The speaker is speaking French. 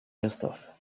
christophe